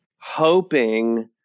hoping